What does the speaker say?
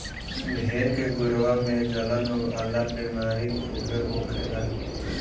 भेड़ के गोड़वा में जलन वाला बेमारी खूबे होखेला